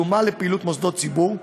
הדומה לפעילות מוסדות ציבור,